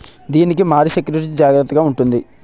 దీని కి మరి సెక్యూరిటీ జాగ్రత్తగా ఉంటుందా?